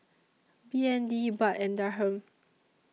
B N D Baht and Dirham